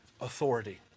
authority